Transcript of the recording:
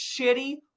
shitty